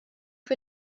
für